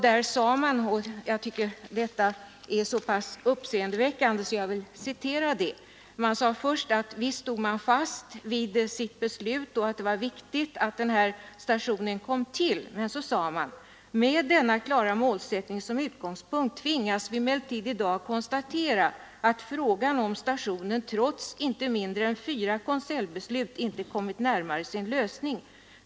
Där sade man — och jag tycker detta är så pass uppseendeväckande att jag vill citera det — att visst stod man fast vid sitt beslut och visst var det viktigt att stationen kom till. Därefter heter det: ”Med denna klara målsättning som utgångspunkt tvingas vi emellertid i dag konstatera att frågan om stationen trots inte mindre än fyra konseljbeslut inte kommit närmare sin lösning.